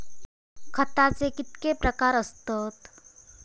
खताचे कितके प्रकार असतत?